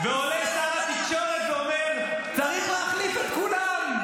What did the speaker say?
ועולה שר התקשורת ואומר: צריך להחליף את כולם.